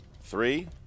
Three